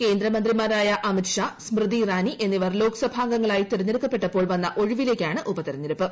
കേന്ദ്രമൃന്ത്രിമാരായ അമിത്ഷാ സ്മൃതി ഇറാനി എന്നിവർ ലോക്സഭാ അംഗങ്ങളായി തെരഞ്ഞെടുക്കപ്പെട്ടപ്പോൾ വന്ന ഒഴിവിലേക്കാണ് ഉപതെരഞ്ഞെടുപ്പ്